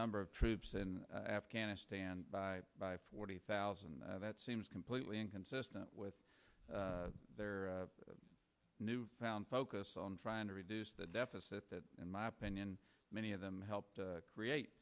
number of troops in afghanistan by forty thousand that seems completely inconsistent with their new found focus on trying to reduce the deficit in my opinion many of them helped create